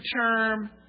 term